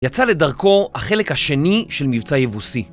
יצא לדרכו החלק השני של מבצע יבוסי.